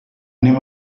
anem